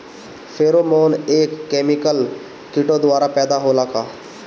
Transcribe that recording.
Pheromone एक chemical किटो द्वारा पैदा होला का?